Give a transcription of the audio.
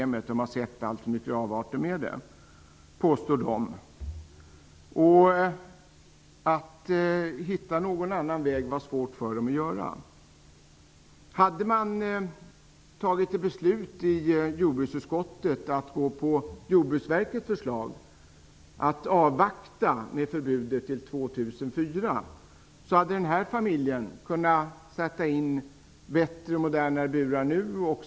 De säger att de har sett alltför mycket avarter i det systemet. Det var svårt för dem att hitta någon annan utväg. Om jordbruksutskottet hade gått på Jordbruksverkets linje att man skall avvakta med förbudet till år 2004 så skulle den här familjen nu ha kunnat sätta in bättre och modernare burar.